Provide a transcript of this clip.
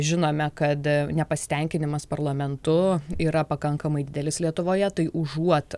žinome kad nepasitenkinimas parlamentu yra pakankamai didelis lietuvoje tai užuot